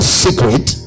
secret